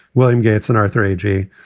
william gates and arthur agee.